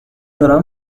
دارم